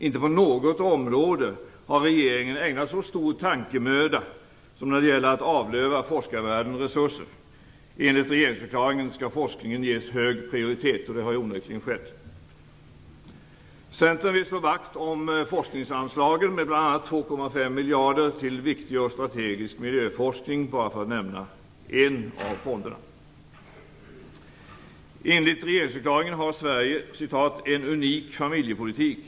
Inte på något område har regeringen ägnat så stor tankemöda som när det gäller att avlöva forskarvärlden resurser. Enligt regeringsförklaringen skall forskningen ges en hög prioritet. Det har onekligen skett. Centern vill slå vakt om forskningsanslagen. Bl.a. skall 2,5 miljarder gå till en viktig och strategisk miljöforskning. Då har jag bara nämnt en av fonderna. Enligt regeringsförklaringen har Sverige en "unik familjepolitik".